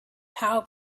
how